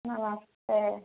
नमस्ते